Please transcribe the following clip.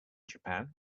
japan